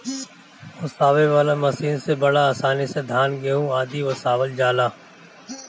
ओसावे वाला मशीन से बड़ा आसानी से धान, गेंहू आदि ओसावल जाला